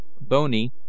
bony